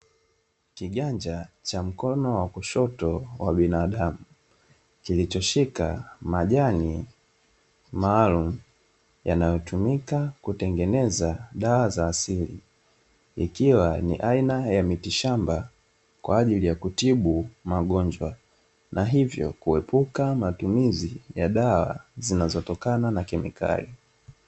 Kiganja cha mkono wa kushoto wa binadamu, kilichoshika majani maalumu yanayotumika kutengeneza dawa za asili, ikiwa ni aina ya mitishamba kwaajili ya kutibu magonjwa na hivyo kuepuka matumizi ya dawa zinazotokana na kemikali.